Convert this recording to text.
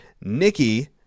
Nikki